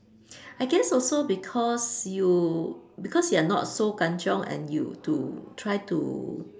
I guess also because you because you're not so kan-chiong and you to try to